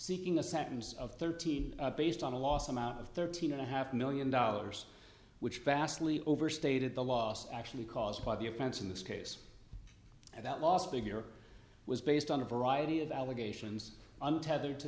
seeking a sentence of thirteen based on the last amount of thirteen and a half million dollars which vastly overstated the loss actually caused by the offense in this case and that last figure was based on a variety of allegations